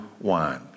wine